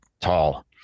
tall